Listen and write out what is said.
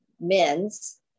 men's